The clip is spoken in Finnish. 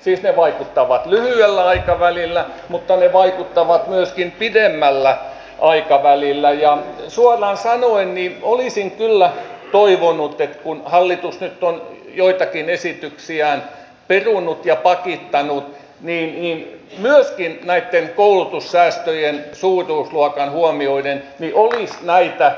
siis ne vaikuttavat lyhyellä aikavälillä mutta ne vaikuttavat myöskin pidemmällä aikavälillä ja suoraan sanoen olisin kyllä toivonut että kun hallitus nyt on joitakin esityksiään perunut ja pakittanut niin myöskin näitten koulutussäästöjen suuruusluokan huomioiden olisi näitä